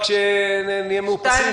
רק שנהיה מאופסים.